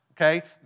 okay